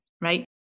right